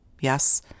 Yes